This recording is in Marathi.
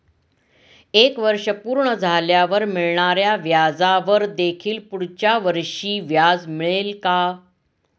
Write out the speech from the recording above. एक वर्ष पूर्ण झाल्यावर मिळणाऱ्या व्याजावर देखील पुढच्या वर्षी व्याज मिळेल का?